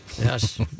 Yes